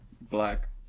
black